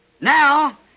Now